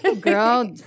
Girl